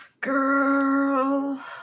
Girl